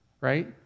right